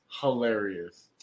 hilarious